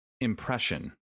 impression